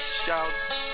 shouts